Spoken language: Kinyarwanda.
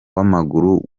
w’amaguru